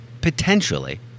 Potentially